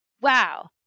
Wow